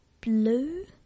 Blue